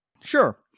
Sure